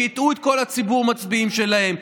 שהטעו את כל ציבור המצביעים שלהם,